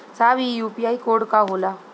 साहब इ UPI code का होला?